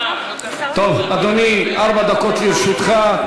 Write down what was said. טוב, אדוני, ארבע דקות לרשותך.